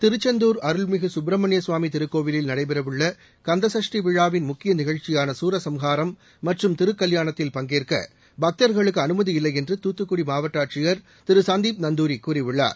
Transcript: திருச்செந்தூர் அருள்மிகு சுப்பிரமணிய சுவாமி திருக்கோவிலில் நடைபெற உள்ள கந்த சுஷ்டி விழாவின் முக்கிய நிகழ்ச்சியான சூரசம்ஹாரம் மற்றும் திருகல்யாணத்தில் பங்கேற்க பக்தர்களுக்கு அனுமதியில்லை என்று தூத்துக்குடி மாவட்ட ஆட்சியர் திரு சந்தீப் நந்தூரி கூறியுள்ளார்